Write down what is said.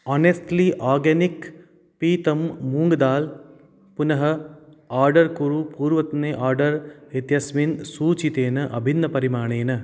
honestly organic पीतं मूङ्ग् दाल् पुनः आर्डर् कुरु पूर्वतने आर्डर् इत्यस्मिन् सूचितेन अभिन्नपरिमाणेन